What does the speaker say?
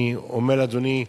אני אומר לאדוני: